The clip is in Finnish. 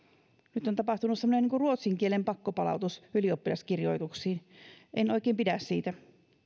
nyt on tapahtunut semmoinen niin kuin ruotsin kielen pakkopalautus ylioppilaskirjoituksiin en oikein pidä siitä